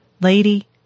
Lady